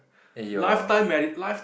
eh your